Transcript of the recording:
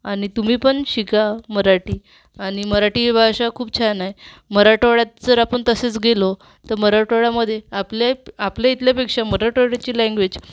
आणि तुम्ही पण शिका मराठी आणि मराठी भाषा खूप छान आहे मराठवाड्यात जर आपण तसेच गेलो तर मराठवाड्यामधे आपले आपल्या इथल्यापेक्षा मराठवाड्याची लँग्वेज